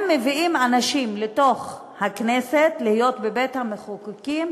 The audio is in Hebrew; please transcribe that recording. הם מביאים לתוך הכנסת, להיות בבית-המחוקקים,